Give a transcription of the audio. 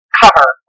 cover